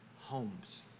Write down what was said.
homes